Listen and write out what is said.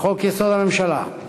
לחוק-יסוד: הממשלה,